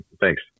thanks